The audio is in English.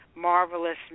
marvelous